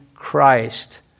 Christ